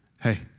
Hey